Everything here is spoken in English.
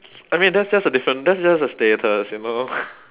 I mean that's just a different that's just a status you know